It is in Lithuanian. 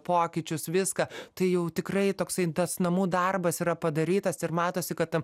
pokyčius viską tai jau tikrai toksai tas namų darbas yra padarytas ir matosi kad